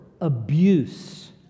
abuse